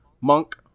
Monk